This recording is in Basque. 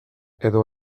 edo